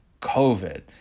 COVID